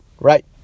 right